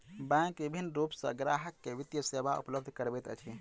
bank विभिन्न रूप सॅ ग्राहक के वित्तीय सेवा उपलब्ध करबैत अछि